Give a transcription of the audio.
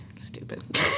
Stupid